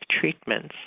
treatments